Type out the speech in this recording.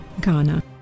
Ghana